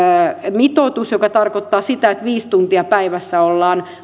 mitoitus mikä tarkoittaa sitä että tänä päivänä viisi tuntia päivässä ollaan